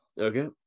Okay